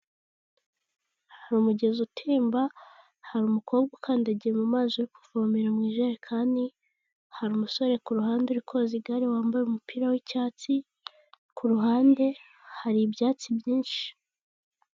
Hari umugezi utemba, hari umukobwa ukandagiye mu mazi uri kuvomera mu ijerekani, hari umusore ku ruhande uri koza igare wambaye umupira w'icyatsi, ku ruhande hari ibyatsi byinshi.